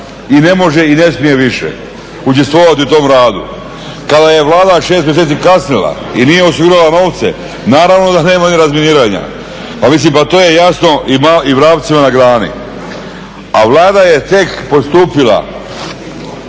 I ne može i ne smije više učestvovati u tom radu. Kada je Vlada 6 mjeseci kasnila i nije osigurala novce, naravno da nema razminiranja. Pa mislim, to je jasno i vrapcima na grani. A Vlada je tek postupila